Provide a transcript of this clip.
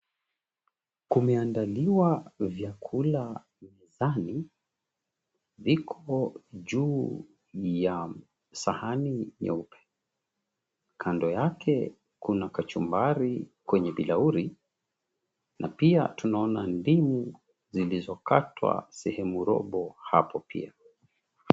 Kumeandaliwa vyakula mezani. Viko juu ya sahani ya kando yake kuna kachumbari kwenye bilauri na pia tunaona ndimu zilizokatwa sehemu robo hapo pia.